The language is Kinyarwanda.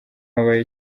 habayeho